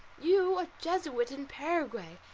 you, a jesuit in paraguay!